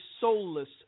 soulless